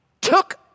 took